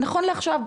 נכון לעכשיו,